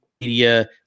media